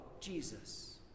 Jesus